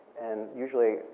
and usually,